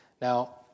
Now